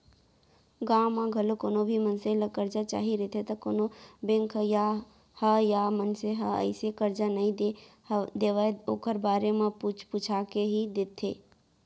गाँव म घलौ कोनो भी मनसे ल करजा चाही रहिथे त कोनो बेंक ह या मनसे ह अइसने करजा नइ दे देवय ओखर बारे म पूछ पूछा के ही देथे